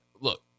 Look